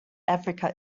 africa